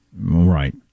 Right